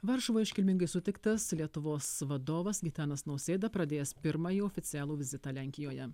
varšuvoj iškilmingai sutiktas lietuvos vadovas gitanas nausėda pradėjęs pirmąjį oficialų vizitą lenkijoje